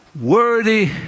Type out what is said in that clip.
worthy